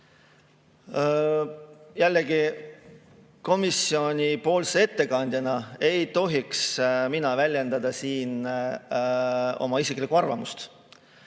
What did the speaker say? Jällegi, komisjoni ettekandjana ei tohiks mina väljendada siin oma isiklikku arvamust.